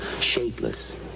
Shapeless